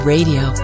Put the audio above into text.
Radio